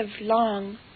long